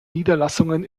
niederlassungen